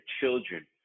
children